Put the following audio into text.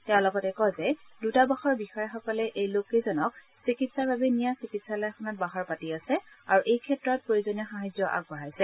তেওঁ লগতে কয় যে দুতাবাসৰ বিষয়াসকলে এই লোককেইজনক চিকিৎসাৰ বাবে নিয়া চিকিৎসালয়খনত বাহৰ পাতি আছে আৰু এই ক্ষেত্ৰত প্ৰয়োজনীয় সাহায্য আগবঢ়াইছে